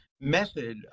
method